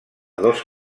dos